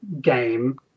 game